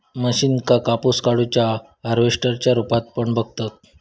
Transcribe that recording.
मशीनका कापूस काढुच्या हार्वेस्टर च्या रुपात पण बघतत